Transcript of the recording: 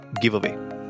giveaway